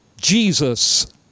Jesus